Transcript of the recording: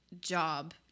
job